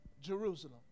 Jerusalem